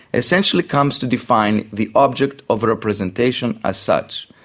essentially comes to define the object of representation as such,